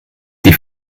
die